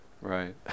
Right